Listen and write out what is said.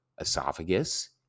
esophagus